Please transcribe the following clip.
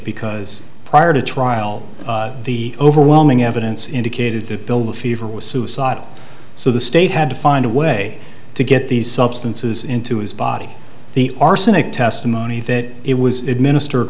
because prior to trial the overwhelming evidence indicated that build the fever was suicidal so the state had to find a way to get these substances into his body the arsenic testimony that it was administered